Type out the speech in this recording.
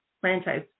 franchise